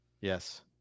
Yes